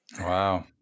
Wow